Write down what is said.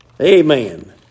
Amen